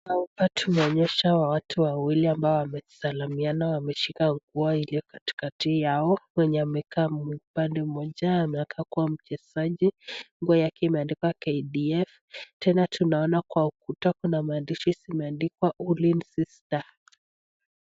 Hapa tumeonyeshwa watu wawili ambao wamesalamiana ameshika waya hiyo katikati yao upande moja anakaa kuwa mchezaji nguo yake imeandikwa KDF tena tunaona kwa ukuta Kuna mandishi zmeandikwa ulinzi star .